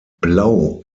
blau